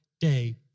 day